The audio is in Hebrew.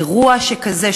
אירוע שכזה.